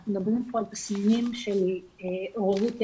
אנחנו מדברים פה על תסמינים של עוררות יתר,